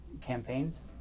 campaigns